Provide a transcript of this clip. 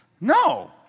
No